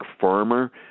farmer